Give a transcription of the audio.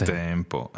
tempo